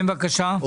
את